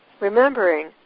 Remembering